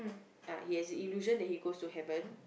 ah he has the illusion that he goes to Heaven